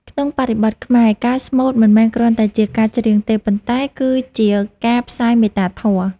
ក្នុងបរិបទខ្មែរ ការស្មូតមិនមែនគ្រាន់តែជាការច្រៀងទេ ប៉ុន្តែគឺជាការផ្សាយមេត្តាធម៌។